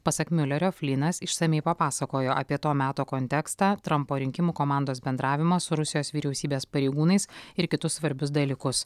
pasak miulerio flynas išsamiai papasakojo apie to meto kontekstą trampo rinkimų komandos bendravimą su rusijos vyriausybės pareigūnais ir kitus svarbius dalykus